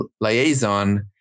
liaison